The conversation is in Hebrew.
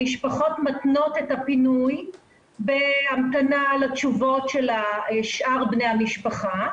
המשפחות מתנות את הפינוי בהמתנה לתשובות של שאר בני המשפחה,